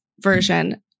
version